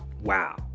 Wow